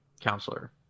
counselor